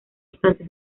estancia